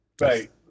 Right